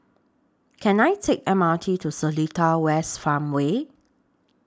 Can I Take The M R T to Seletar West Farmway